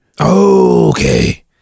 Okay